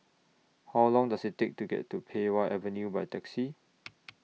How Long Does IT Take to get to Pei Wah Avenue By Taxi